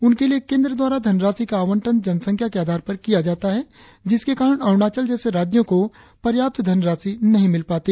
उनके लिए केंद्र द्वारा धनराशि का आवंटन जनसंख्या के आधार पर किया जाता है जिसके कारण अरुणाचल जैसे राज्यों को पर्याप्त धनराशि नहीं मिल पाती